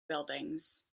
buildings